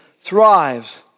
thrives